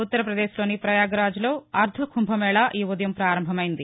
ఉత్తర్వపదేశ్లోని ప్రయాగ్రాజ్లో అర్దకుంభమేళా ఈ ఉదయం ప్రారంభమైంది